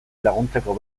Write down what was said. laguntzeko